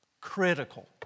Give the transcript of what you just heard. Critical